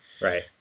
right